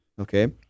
Okay